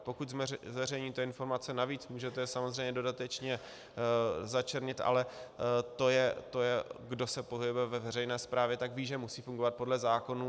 Pokud zveřejníte informace navíc, můžete je samozřejmě dodatečně začernit, ale to je, kdo se pohybuje ve veřejné správě, tak ví, že musí fungovat podle zákonů.